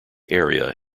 area